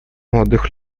молодых